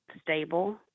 stable